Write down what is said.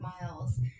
miles